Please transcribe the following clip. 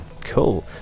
cool